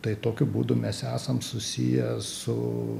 tai tokiu būdu mes esam susiję su